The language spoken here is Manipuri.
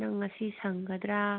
ꯅꯪ ꯉꯁꯤ ꯁꯪꯒꯗ꯭ꯔꯥ